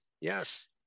Yes